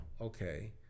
okay